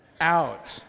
out